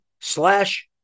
slash